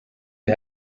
who